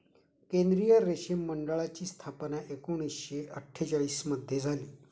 केंद्रीय रेशीम मंडळाची स्थापना एकूणशे अट्ठेचालिश मध्ये झाली